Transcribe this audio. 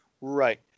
Right